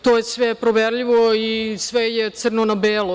To je sve proverljivo i sve je crno na belo.